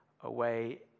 away